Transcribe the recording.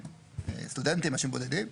סטודנטים, אנשים בודדים.